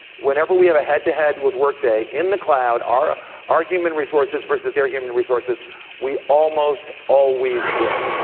whenever we have a head to head with workday in the cloud, our our human resources versus their human resources we almost always win.